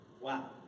Wow